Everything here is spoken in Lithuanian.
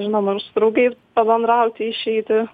žinoma ir su draugais pabendrauti išeiti